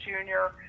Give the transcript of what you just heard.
junior